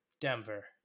Denver